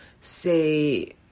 say